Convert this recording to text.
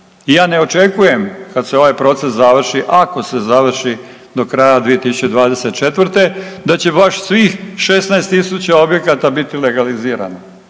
Ja ne očekujem kad se ovaj proces završi, ako se završi do kraja 2024. da će baš svih 16.000 objekata biti legalizirano